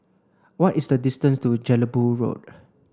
what is the distance to Jelebu Road